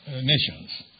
nations